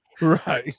Right